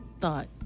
thought